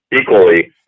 equally